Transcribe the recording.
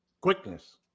quickness